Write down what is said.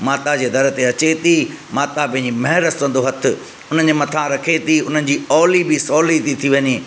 माता जे दर ते अचे थी माता पंहिंजी महिर सूदो हथ हुननि जे मथां रखे थी उन्हनि जी अवली बि सवली थी थी वञे